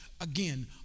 again